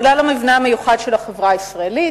בגלל המבנה המיוחד של החברה הישראלית,